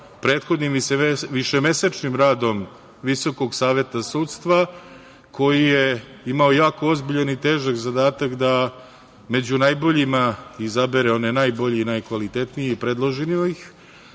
prethodnim i višemesečnim radom Visokog saveta sudstva, koji je imao jako ozbiljan i težak zadatak da među najboljima izabere one najbolje i najkvalitetnije i predloži ih,